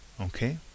Okay